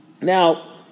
Now